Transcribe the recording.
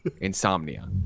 Insomnia